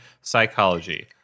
psychology